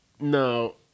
no